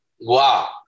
wow